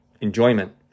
enjoyment